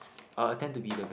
uh I tend to be the best